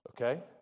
okay